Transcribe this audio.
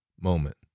moment